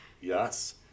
Yes